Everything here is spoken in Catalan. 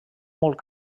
molt